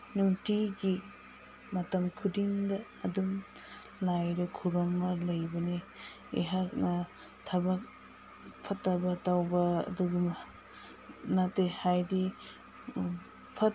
ꯅꯨꯡꯇꯤꯒꯤ ꯃꯇꯝ ꯈꯨꯗꯤꯡꯗ ꯑꯗꯨꯝ ꯂꯥꯏꯗ ꯈꯨꯔꯨꯝꯃ ꯂꯩꯕꯅꯦ ꯑꯩꯍꯥꯛꯅ ꯊꯕꯛ ꯐꯠꯇꯕ ꯇꯧꯕ ꯑꯗꯨꯒꯨꯝꯕ ꯅꯠꯇꯦ ꯍꯥꯏꯗꯤ